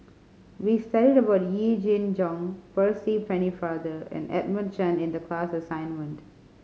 we studied about Yee Jenn Jong Percy Pennefather and Edmund Chen in the class assignment